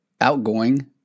outgoing